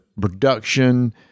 production